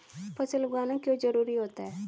फसल उगाना क्यों जरूरी होता है?